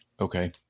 Okay